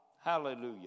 Hallelujah